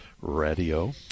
radio